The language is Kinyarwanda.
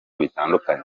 bitandukanye